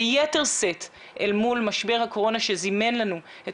ביתר שאת אל מול משבר הקורונה שזימן לנו את